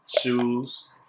Shoes